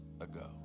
ago